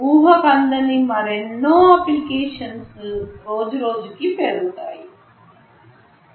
ఊహకందని మరెన్నో అప్లికేషన్స్ రోజు రోజుకి పెరుగుతాయి